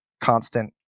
constant